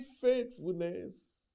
faithfulness